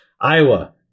iowa